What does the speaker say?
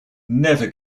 never